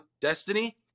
Destiny